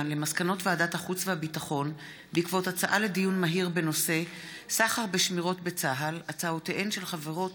על מסקנות ועדת החוץ והביטחון בעקבות דיון מהיר בהצעותיהן של חברות